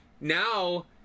Now